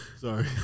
Sorry